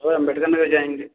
वहीं अम्बेडकर नगर जाएँगे